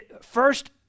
first